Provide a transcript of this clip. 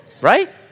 right